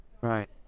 Right